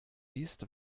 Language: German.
liest